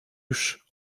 już